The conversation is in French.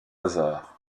hasard